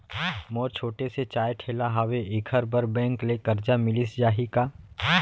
मोर छोटे से चाय ठेला हावे एखर बर बैंक ले करजा मिलिस जाही का?